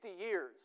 years